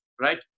right